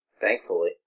Thankfully